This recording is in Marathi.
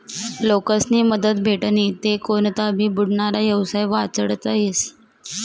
लोकेस्नी मदत भेटनी ते कोनता भी बुडनारा येवसाय वाचडता येस